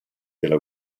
della